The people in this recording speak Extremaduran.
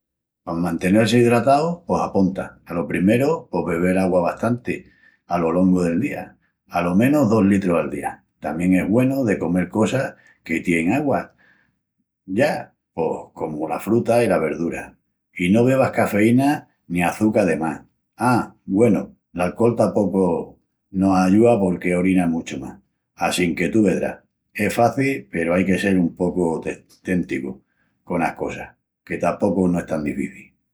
Pa mantenel-si idratau... pos aponta. Alo primeru pos bebel augua bastanti alo longu del día, alo menus dos litrus al día. Tamién es güenu de comel cosas que tienin augua, ya, pos comu la fruta i la verdura. I no bebas cafeína ni açuca de más. A, güenu, l'alcol tapocu no ayúa porque orinas muchu más... assinque tú vedrás. Es faci peru ai que sel un pocu ten... téntigu conas cosas, que tapocu no es tan difici.